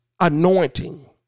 anointing